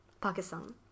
Pakistan